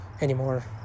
anymore